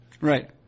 Right